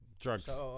Drugs